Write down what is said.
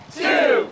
two